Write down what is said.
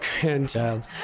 Grandchild